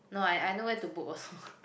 no I I know where to book also